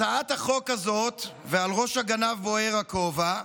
הצעת החוק הזאת, ועל ראש הגנב בוער הכובע,